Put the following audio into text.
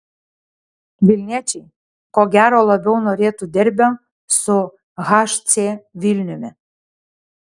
vilniečiai ko gero labiau norėtų derbio su hc vilniumi